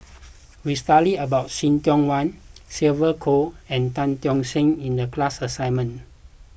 we studied about See Tiong Wah Sylvia Kho and Tan Tock San in the class assignment